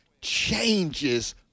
changes